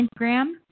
Instagram